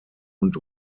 und